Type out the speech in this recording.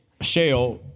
shell